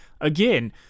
again